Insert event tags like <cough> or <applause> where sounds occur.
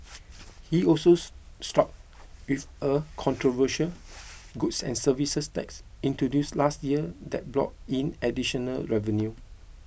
he also <unintelligible> stuck with a controversial goods and services tax introduced last year that's brought in additional revenue